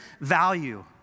value